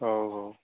ହଉ ହଉ